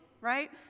Right